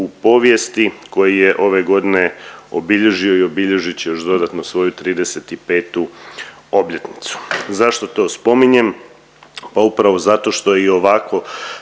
u povijesti, koji je ove godine obilježio i obilježit će još dodatno svoju 35. obljetnicu. Zašto to spominjem? Pa upravo zato što i ovako